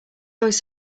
always